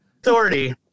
Authority